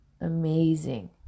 amazing